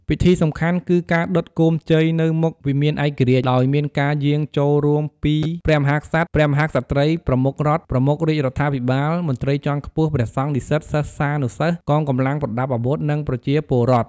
ពិធីសំខាន់គឺការដុត គោមជ័យ នៅមុខវិមានឯករាជ្យ ដោយមានការយាងចូលរួមពីព្រះមហាក្សត្រ ព្រះមហាក្សត្រី ប្រមុខរដ្ឋ ប្រមុខរាជរដ្ឋាភិបាល មន្ត្រីជាន់ខ្ពស់ ព្រះសង្ឃ និស្សិត សិស្សានុសិស្ស កងកម្លាំងប្រដាប់អាវុធ និងប្រជាពលរដ្ឋ។